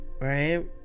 right